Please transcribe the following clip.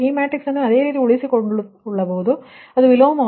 ಈ ಮ್ಯಾಟ್ರಿಕ್ಸ್ ಅದೇ ರೀತಿ ಉಳಿಸಿಕೊಳ್ಳುತ್ತದೆ ಅದು ವಿಲೋಮವಾಗಿ 0